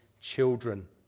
children